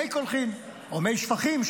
מי קולחין או מי שפכים,